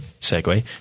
segue